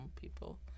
people